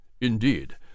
Indeed